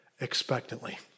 expectantly